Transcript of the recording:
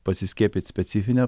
pasiskiepyt specifine